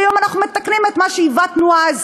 והיום אנחנו מתקנים את מה שעיוותנו אז.